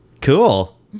Cool